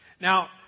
Now